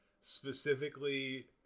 specifically